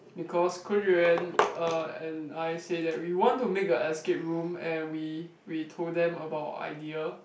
because Kun-Yuan er and I say that we want to make a escape room and we we told them about our idea